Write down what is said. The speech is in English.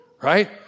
right